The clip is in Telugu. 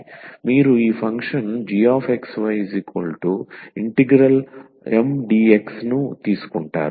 మీరు ఈ ఫంక్షన్ gxy∫Mdx ను తీసుకుంటారు